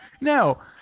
No